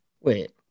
Wait